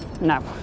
no